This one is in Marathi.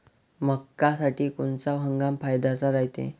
मक्क्यासाठी कोनचा हंगाम फायद्याचा रायते?